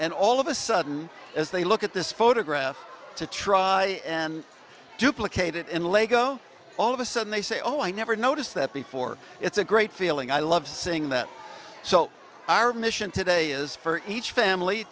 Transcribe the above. and all of a sudden as they look at this photograph to try and duplicate it in lego all of a sudden they say oh i never noticed that before it's a great feeling i love seeing that so our mission today is for each family